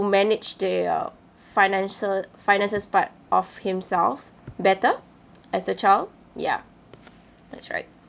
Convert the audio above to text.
manage their financial finances part of himself better as a child ya that's right